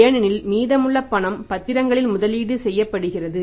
ஏனெனில் மீதமுள்ள பணம் பத்திரங்களில் முதலீடு செய்யப்படுகிறது